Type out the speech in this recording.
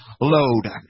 load